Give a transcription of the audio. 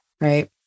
right